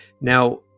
now